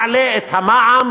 מעלה את המע"מ,